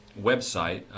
website